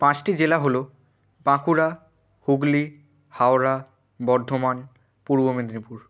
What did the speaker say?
পাঁচটি জেলা হলো বাঁকুড়া হুগলি হাওড়া বর্ধমান পূর্ব মেদিনীপুর